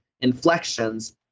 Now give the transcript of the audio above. inflections